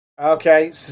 Okay